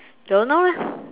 don't know